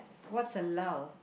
what's a lull